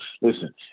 listen